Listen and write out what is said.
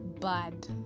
bad